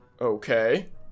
Okay